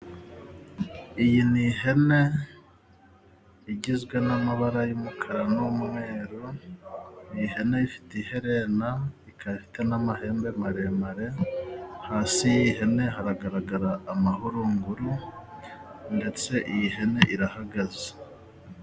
Iyi ni ihene igizwe n'amabara y'umukara n'umweru, iyi hene ifite iherena, ikarita n'amahembe maremare, hasi y'ihene hagaragara amahurunguru ndetse iyi hene irahagaze.